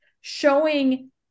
showing